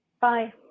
Bye